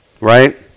Right